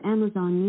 Amazon